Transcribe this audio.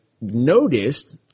noticed